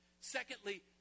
Secondly